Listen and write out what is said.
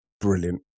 brilliant